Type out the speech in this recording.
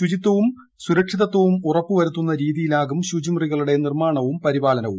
ശുചിതവും സുരക്ഷിതത്വവും ഉറപ്പുവരുത്തുന്ന രീതിയിലാകും ശുചിമുറികളുടെ നിർമ്മാണവും പരിപാലനവും